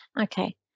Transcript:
Okay